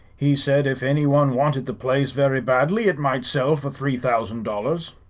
he said if any one wanted the place very badly it might sell for three thousand dollars.